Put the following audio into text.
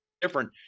different